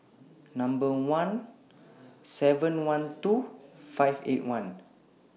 one seven hundred and twelve five hundred and Eighty One